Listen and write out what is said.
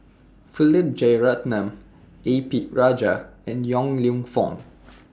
Philip Jeyaretnam A P Rajah and Yong Lew Foong